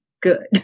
good